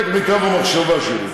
להתנתק מקו המחשבה שלי.